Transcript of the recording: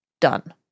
done